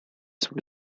свою